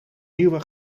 nieuwe